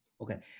Okay